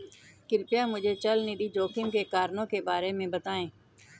कृपया मुझे चल निधि जोखिम के कारणों के बारे में बताएं